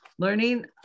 Learning